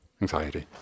Anxiety